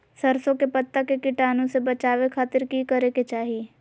सरसों के पत्ता के कीटाणु से बचावे खातिर की करे के चाही?